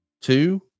two